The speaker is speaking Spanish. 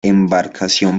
embarcación